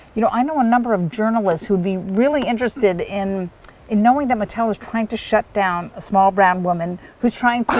you know, i know a number of journalists who would be really interested in in knowing that mattel is trying to shut down a small brown woman who's trying to.